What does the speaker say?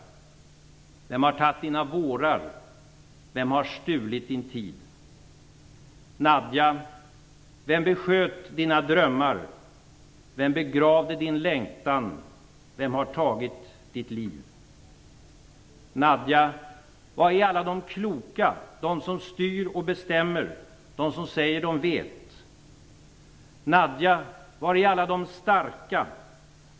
Vem har tatt dina vårar? Vem har stulit din tid? Vem begravde din längtan? Vem har tagit ditt liv? Dom som styr och bestämmer, dom som säger dom vet? Nadja, var är alla dom starka?